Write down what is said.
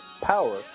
power